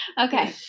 Okay